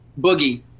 Boogie